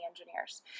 engineers